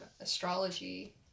astrology